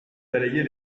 balayer